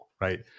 right